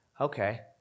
Okay